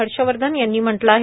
हर्षवर्धन यांनी म्हटलं आहे